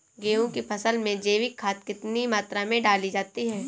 गेहूँ की फसल में जैविक खाद कितनी मात्रा में डाली जाती है?